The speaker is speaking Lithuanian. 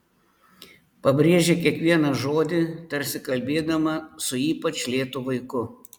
pabrėžė kiekvieną žodį tarsi kalbėdama su ypač lėtu vaiku